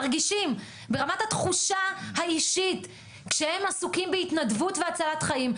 ברמת התחושה האישית שהם עסוקים בהתנדבות והצלת חיים,